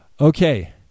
Okay